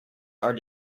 are